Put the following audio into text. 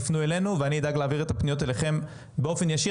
ייפנו אלינו ואני אדאג להעביר את הפניות אליכם באופן ישיר.